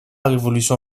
révolution